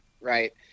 right